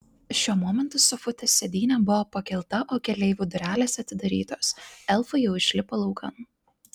šiuo momentu sofutės sėdynė buvo pakelta o keleivių durelės atidarytos elfai jau išlipo laukan